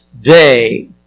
day